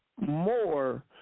more